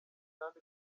kandi